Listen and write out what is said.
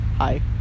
hi